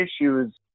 issues